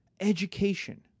education